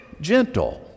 gentle